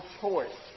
choice